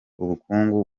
ubukungu